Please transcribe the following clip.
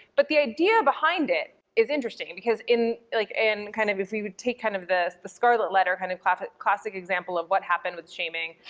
but the idea behind it is interesting because in, like, and kind of, if we would take kind of the scarlet letter kind of classic classic example of what happened with shaming,